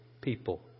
people